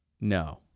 No